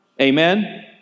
Amen